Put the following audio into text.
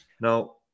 Now